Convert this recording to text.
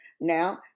Now